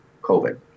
COVID